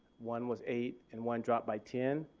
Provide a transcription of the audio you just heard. one was eight and one dropped by ten.